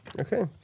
okay